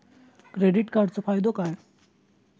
Credit कार्डाचो फायदो काय?